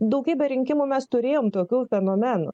daugybę rinkimų mes turėjom tokių fenomenų